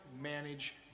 manage